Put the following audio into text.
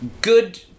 good